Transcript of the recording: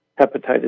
hepatitis